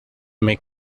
make